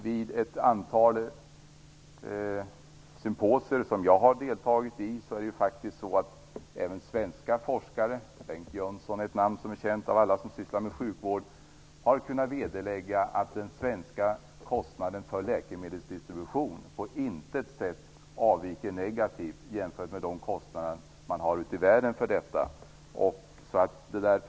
Vid ett antal symposier som jag har deltagit i har även svenska forskare - Bengt Jönsson är ett namn som är känt av alla som sysslar med sjukvård - kunnat vederlägga att den svenska kostnaden för läkemedelsdistribution på intet sätt avviker negativt från de kostnader som man har ute i världen för detta.